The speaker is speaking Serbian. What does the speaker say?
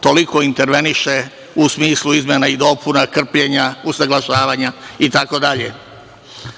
toliko interveniše u smislu izmena i dopuna, krpljenja, usaglašavanja itd. Mi